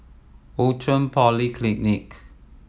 Outram Polyclinic